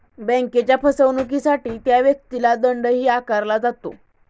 बँकेच्या फसवणुकीसाठी त्या व्यक्तीला दंडही आकारला जातो